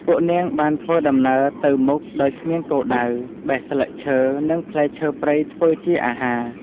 ពួកនាងបានធ្វើដំណើរទៅមុខដោយគ្មានគោលដៅ បេះស្លឹកឈើ និងផ្លែឈើព្រៃធ្វើជាអាហារ។